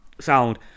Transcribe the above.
sound